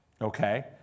Okay